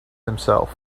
himself